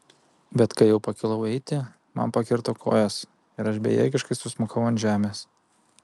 bet kai jau pakilau eiti man pakirto kojas ir aš bejėgiškai susmukau ant žemės